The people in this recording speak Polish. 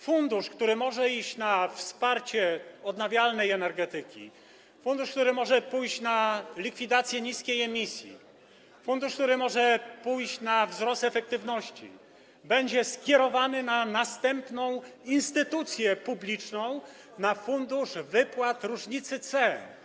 Fundusz, który może iść na wsparcie odnawialnej energetyki, fundusz, który może pójść na likwidację niskiej emisji, fundusz, który może pójść na wzrost efektywności, będzie skierowany na następną instytucję publiczną, na Fundusz Wypłaty Różnicy Ceny.